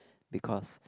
because